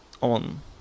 on